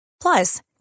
plus